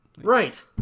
Right